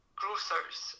grocers